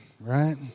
right